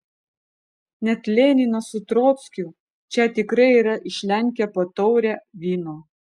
net leninas su trockiu čia tikrai yra išlenkę po taurę vyno